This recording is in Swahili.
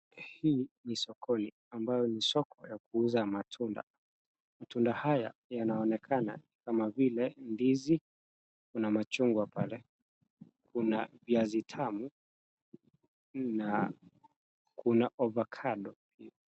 Hii ni sokoni ambayo ni soko ya kuuza matunda. Matunda haya yanaonekana kama vile ndizi, kuna machungwa pale, kuna viazi tamu na kuna ovakado.